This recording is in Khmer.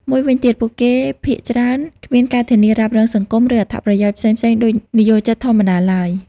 មួយវិញទៀត ពួកគេភាគច្រើន គ្មានការធានារ៉ាប់រងសង្គម ឬអត្ថប្រយោជន៍ផ្សេងៗដូចនិយោជិតធម្មតាឡើយ។